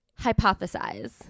hypothesize